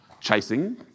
chasing